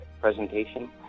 presentation